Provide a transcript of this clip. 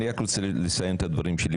ואני רק רוצה לסיים את הדברים שלי.